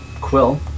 Quill